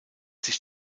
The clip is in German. sich